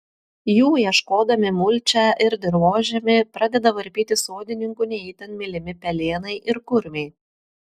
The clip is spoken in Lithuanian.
jų ieškodami mulčią ir dirvožemį pradeda varpyti sodininkų ne itin mylimi pelėnai ir kurmiai